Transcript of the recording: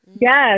yes